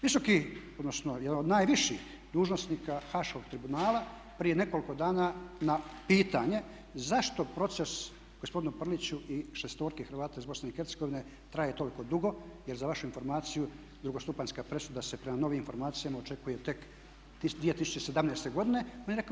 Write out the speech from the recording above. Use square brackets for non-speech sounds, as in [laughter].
Visoki odnosno jedan od najviših dužnosnika haškog tribunala prije nekoliko dana na pitanje zašto proces gospodinu Prliću i šestorki Hrvata iz Bosne i Hercegovine traje toliko dugo jer za vašu informaciju drugostupanjska presuda se prema novim informacijama očekuje tek 2017. godine … [unintelligible] odgovor.